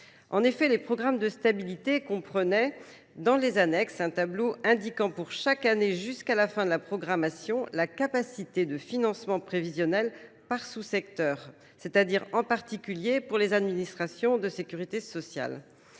En effet, les programmes de stabilité comprenaient dans les annexes un tableau indiquant pour chaque année jusqu'à la fin de la programmation la capacité de financement prévisionnel par sous-secteur, c'est-à-dire en particulier pour les administrations de sécurité sociale.